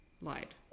lied